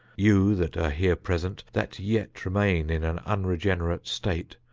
you that are here present, that yet remain in an unregenerate state.